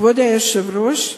כבוד היושב-ראש,